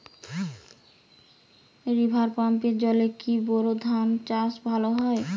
River পাম্পের জলে কি বোর ধানের চাষ ভালো হয়?